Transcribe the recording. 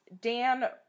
Dan